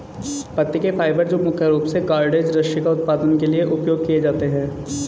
पत्ती के फाइबर जो मुख्य रूप से कॉर्डेज रस्सी का उत्पादन के लिए उपयोग किए जाते हैं